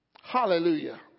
Hallelujah